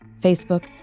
Facebook